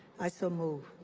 i so move.